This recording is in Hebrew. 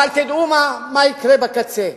אבל תדעו מה יקרה בקצה.